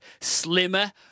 Slimmer